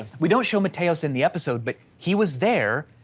we don't show mathias in the episode, but he was there.